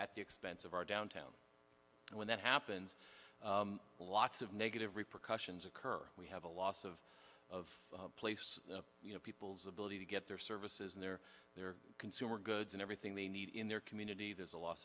at the expense of our downtown and when that happens lots of negative repercussions occur we have a loss of of place you know people's ability to get their services and their their consumer goods and everything they need in their community there's